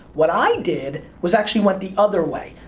what i did was actually went the other way.